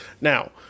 Now